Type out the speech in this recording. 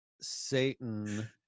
satan